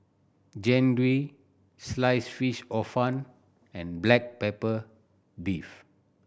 Jian Dui slice fish Hor Fun and black pepper beef